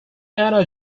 anna